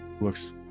looks